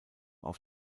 auf